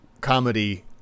comedy